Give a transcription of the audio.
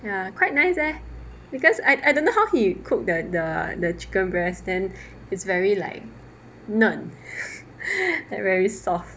ya quite nice leh because I I don't know how he cook the the chicken breast then is very like 嫩 and very soft